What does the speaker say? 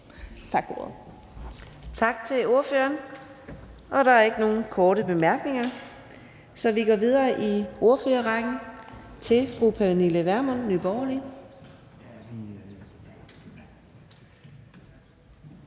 Tak til ordføreren. Der er ikke nogen korte bemærkninger, og så går vi videre i ordførerrækken til fru Pernille Vermund, Nye